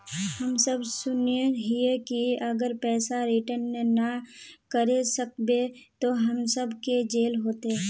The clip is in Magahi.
हम सब सुनैय हिये की अगर पैसा रिटर्न ना करे सकबे तो हम सब के जेल होते?